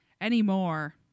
anymore